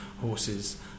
horses